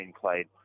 played